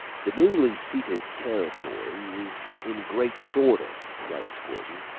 the newly-ceded territory is in great disorder, writes gordon.